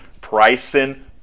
Pricing